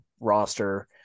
roster